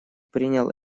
принял